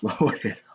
loaded